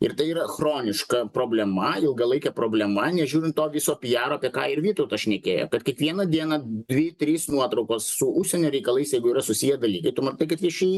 ir tai yra chroniška problema ilgalaikė problema nežiūrint to viso pijaro apie ką ir vytautas šnekėjo kad kiekvieną dieną dvi trys nuotraukos su užsienio reikalais jeigu yra susiję dalykai tu matai kaip viešieji